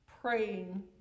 praying